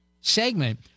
segment